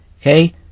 Okay